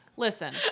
Listen